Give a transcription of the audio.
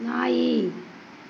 நாய்